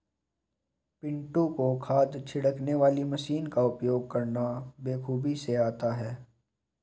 पिंटू को खाद छिड़कने वाली मशीन का उपयोग करना बेखूबी से आता है